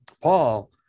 Paul